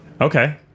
Okay